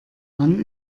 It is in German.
wann